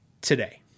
today